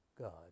God